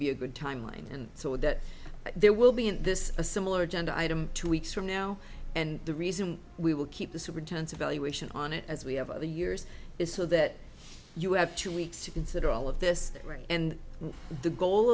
be a good timeline and so that there will be in this a similar agenda item two weeks from now and the reason we will keep the super intense evaluation on it as we have other years is so that you have two weeks to consider all of this and the goal